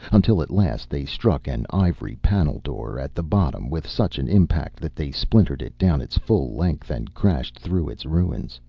until at last they struck an ivory panel-door at the bottom with such an impact that they splintered it down its full length and crashed through its ruins.